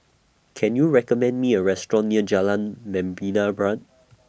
Can YOU recommend Me A Restaurant near Jalan Membina Barat